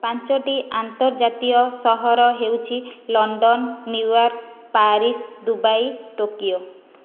ପାଞ୍ଚଟି ଆର୍ନ୍ତଜାତୀୟ ସହର ହେଉଛି London New York Paris Dubai Tokyo